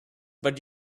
but